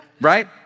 Right